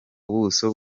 ubuso